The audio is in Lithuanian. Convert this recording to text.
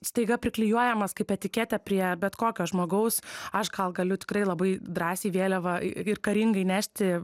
staiga priklijuojamas kaip etiketė prie bet kokio žmogaus aš gal galiu tikrai labai drąsiai vėliavą ir karingai nešti